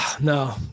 No